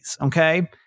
Okay